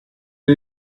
are